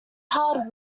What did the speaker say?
hard